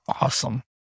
awesome